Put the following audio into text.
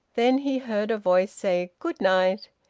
then he heard a voice say, good night.